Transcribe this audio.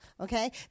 okay